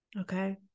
Okay